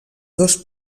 dos